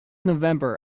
november